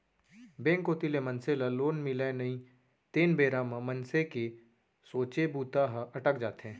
bank कोती ले मनसे ल लोन मिलय नई तेन बेरा म मनसे के सोचे बूता ह अटक जाथे